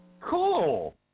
Cool